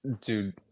dude